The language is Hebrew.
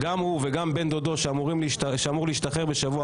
גם הוא וגם בן דודו שאמור להשתחרר בשבוע